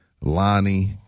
Lonnie